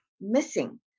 missing